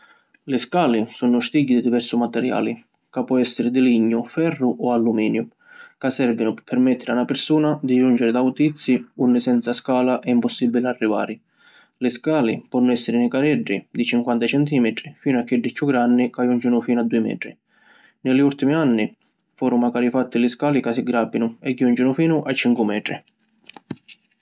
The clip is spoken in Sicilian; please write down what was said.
Li scali sunnu stigghi di diversu materiali ca pò essiri di lignu, ferru o alluminiu, ca servinu pi permettiri a na pirsuna di junciri ad autizzi unni senza scala è impossibili arrivari. Li scali ponnu essiri nicareddi, di cincuanta centimetri finu a chiddi chiù granni ca juncinu finu a dui metri. Ni li urtimi anni foru macari fatti li scali ca si grapinu e juncinu finu a cincu metri.